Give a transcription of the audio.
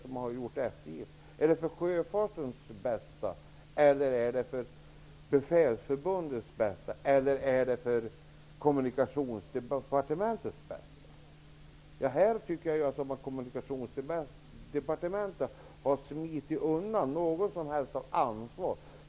Jag undrar också om det som gjorts är för sjöfartens bästa, för befälsförbundets bästa eller för Kommunikationsdepartementets bästa? Kommunikationsdepartementet har smitit undan och inte visat något som helst ansvar.